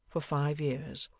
for five years,